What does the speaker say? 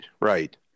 right